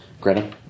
Greta